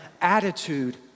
attitude